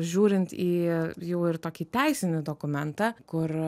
žiūrint į jau ir tokį teisinį dokumentą kur